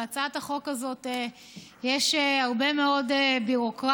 בהצעת החוק הזאת יש הרבה מאוד ביורוקרטיה,